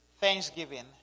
thanksgiving